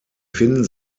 finden